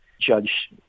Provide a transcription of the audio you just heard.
judge